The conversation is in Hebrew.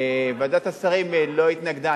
אישרה, ועדת השרים לא התנגדה.